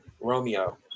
Romeo